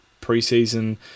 preseason